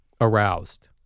aroused